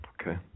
Okay